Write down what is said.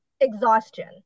Exhaustion